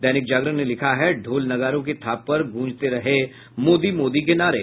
दैनिक जागरण ने लिखा है ढोल नगाड़ों की थाप पर गूंजते रहे मोदी मोदी के नारे